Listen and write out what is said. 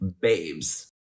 babes